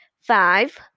Five